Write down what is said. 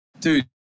Dude